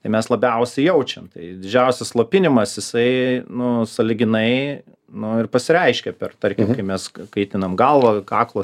tai mes labiausiai jaučiam tai didžiausias slopinimas jisai nu sąlyginai nu ir pasireiškia per tarkim kai mes kaitinam galvą kaklo